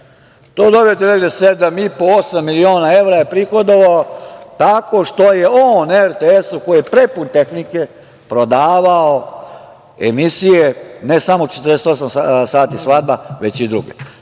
to dobijete negde 7,5 8 miliona evra je prihodovao tako što je on RTS-u koji je prepun tehnike prodavao emisije, ne samo „48 sati svadba“ već i druge.